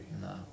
No